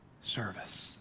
service